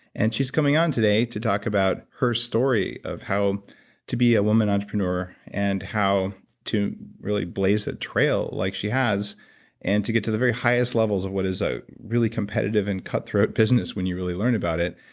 and she's coming on today to talk about her story of how to be a woman entrepreneur and how to really blaze the trail like she has and to get to the very highest levels of what is a really competitive and cutthroat business when you really learn about it,